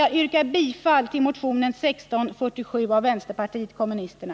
Jag yrkar bifall till motionen 1647 från vänsterpartiet kommunisterna.